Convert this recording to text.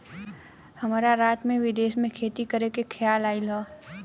हमरा रात में विदेश में खेती करे के खेआल आइल ह